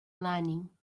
lining